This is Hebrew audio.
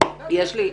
אמרתי --- כלום.